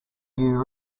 you